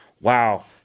wow